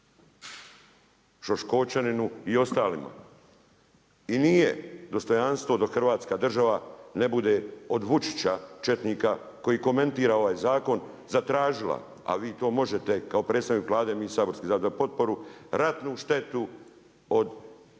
Šoškočaninu i ostalima, i nije dostojanstvo da hrvatska država ne bude od Vučića četnika, koji komentira ovaj zakon, zatražila, a vi to možete kao predstavnik Vlade, a mi Sabor dat potporu, ratnu štetu od 45